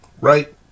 right